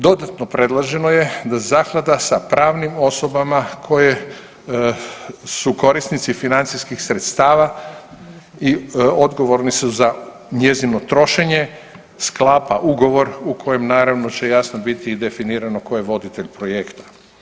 Dodatno predloženo je da zaklada sa pravnim osobama koje su korisnici financijskih sredstava i odgovorni su za njezino trošenje sklapa ugovor u kojem naravno će jasno biti i definirano tko je voditelj projekta.